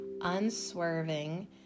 unswerving